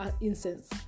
incense